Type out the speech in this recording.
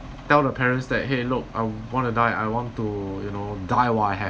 tell the parents that !hey! look I want to die I want to you know die while I have